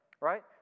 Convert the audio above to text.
right